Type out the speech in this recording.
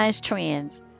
trends